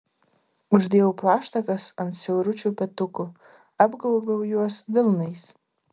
uždėjau plaštakas ant siauručių petukų apgaubiau juos delnais